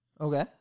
Okay